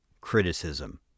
criticism